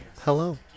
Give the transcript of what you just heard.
hello